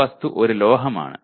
ഒരു വസ്തു ഒരു ലോഹമാണ്